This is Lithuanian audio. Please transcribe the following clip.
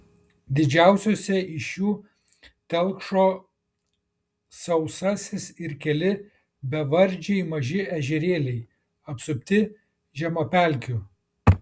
didžiausiose iš jų telkšo sausasis ir keli bevardžiai maži ežerėliai apsupti žemapelkių